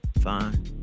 Fine